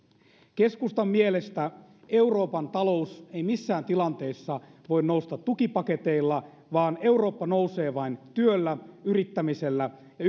keskustan mielestä euroopan talous ei missään tilanteessa voi nousta tukipaketeilla vaan eurooppa nousee vain työllä yrittämisellä ja